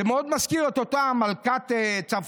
זה מאוד מזכיר את אותה מלכת צרפת.